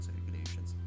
regulations